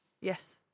Yes